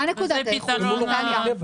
מה נקודת הייחוס?